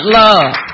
love